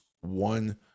one